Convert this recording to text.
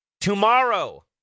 tomorrow